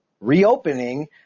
reopening